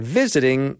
visiting